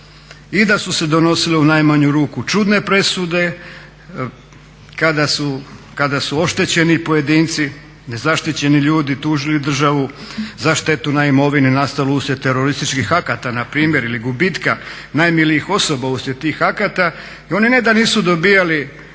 i da su se donosile u najmanju ruku čudne presude kada su oštećeni pojedinci nezaštićeni ljudi tužili državu za štetu na imovini nastalu usred terorističkih akata ili gubitka najmilijih osoba uslijed tih akata. I oni ne da nisu dobivali